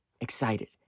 excited